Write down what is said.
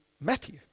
Matthew